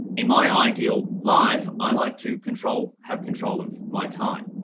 in my ideal life, i like to control have control of my time.